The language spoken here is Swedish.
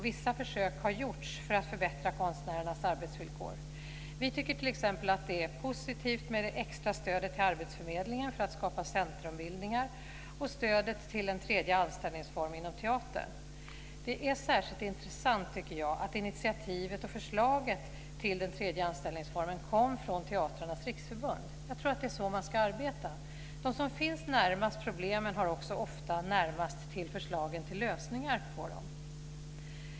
Vissa försök har gjorts för att förbättra konstnärernas arbetsvillkor. Vi tycker t.ex. att det är positivt med det extra stödet till arbetsförmedlingen för att skapa centrumbildningar och stödet till en tredje anställningsform inom teatern. Jag tycker att det är särskilt intressant att initiativet och förslaget till den tredje anställningsformen kom från Teatrarnas Riksförbund. Jag tror att det är så man ska arbeta. De som finns närmast problemen har också ofta närmast till förslagen till lösningar på dem.